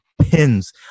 pins